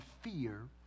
fear